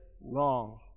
wrong